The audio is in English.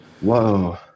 Whoa